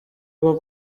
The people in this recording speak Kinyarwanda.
bwo